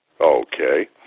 Okay